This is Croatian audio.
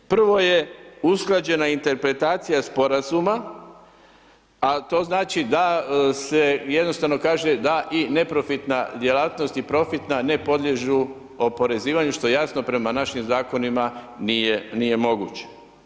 Prvo je usklađena interpretacija sporazuma, a to znači da se jednostavno kaže da i neprofitna djelatnost i profitna ne podliježu oporezivanju, što jasno prema našim zakonima nije moguće.